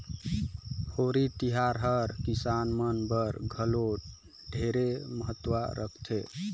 होरी तिहार हर किसान मन बर घलो ढेरे महत्ता रखथे